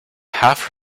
half